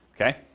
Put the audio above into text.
okay